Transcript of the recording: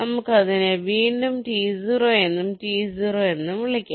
നമുക്ക് അതിനെ വീണ്ടും T0 എന്നും T0 എന്നും വിളിക്കാം